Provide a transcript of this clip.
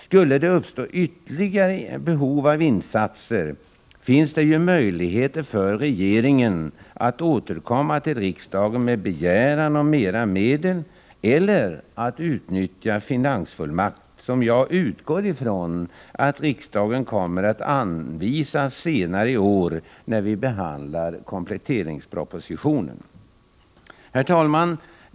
Skulle det uppstå behov av ytterligare insatser, finns ju möjlighet för regeringen att återkomma till riksdagen med begäran om mera medel eller att utnyttja den finansfullmakt som jag utgår ifrån att riksdagen kommer att anvisa senare i år, när vi behandlar kompletteringspropositionen. Herr talman!